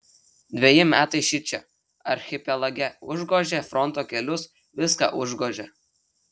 dveji metai šičia archipelage užgožė fronto kelius viską užgožė